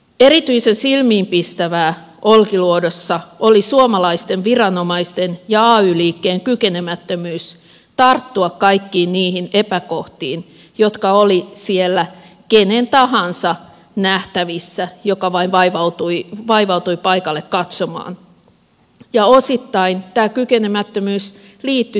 erityisen silmiinpistävää olkiluodossa oli suomalaisten viranomaisten ja ay liikkeen kykenemättömyys tarttua kaikkiin niihin epäkohtiin jotka olivat siellä kenen tahansa nähtävissä joka vain vaivautui paikalle katsomaan ja osittain tämä kykenemättömyys liittyi työmaan kokoon